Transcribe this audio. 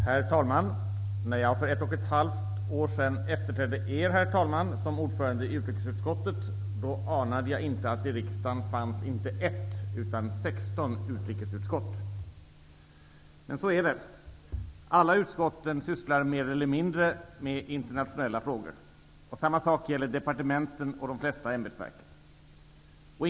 Herr talman! När jag för ett och ett halvt år sedan efterträdde Er, herr talman, som ordförande i utrikesutskottet anade jag inte att det i riksdagen inte finns ett utan sexton utrikesutskott. Men så är det. Alla utskotten sysslar mer eller mindre med internationella frågor, och samma sak gäller departementen och de flesta ämbetsverken.